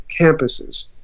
campuses